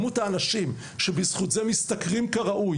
מספר האנשים שבזכות זה משתכרים כראוי